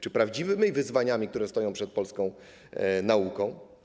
Czy prawdziwymi wyzwaniami, które stoją przed polską nauką?